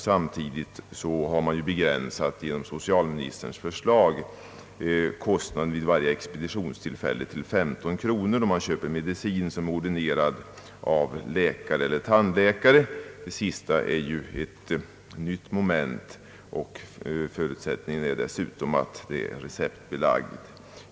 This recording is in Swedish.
Samtidigt har genom socialministerns förslag kostnaden begränsats vid varje expeditionstillfälle till 15 kronor, när man köper medicin som ordinerats genom läkare eller tandläkare — det sista är ett nytt moment — och förutsättningen är dessutom att medicinen är receptbelagd.